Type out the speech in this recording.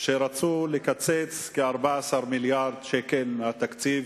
שרצו לקצץ כ-14 מיליארד ש"ח מהתקציב